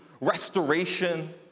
restoration